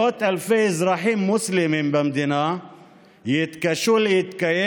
מאות אלפי אזרחים מוסלמים במדינה יתקשו להתקיים